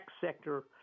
sector